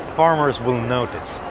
farmers will notice.